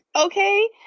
okay